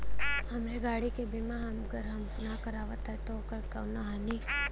हमरे गाड़ी क बीमा अगर हम ना करावत हई त ओकर से कवनों हानि?